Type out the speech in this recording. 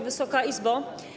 Wysoka Izbo!